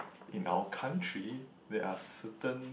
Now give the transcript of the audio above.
in our country there are certain